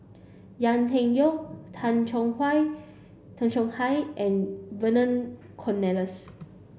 Yau Tian Yau Tay Chong Tay Chong Hai and Vernon Cornelius